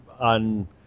on